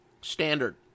standard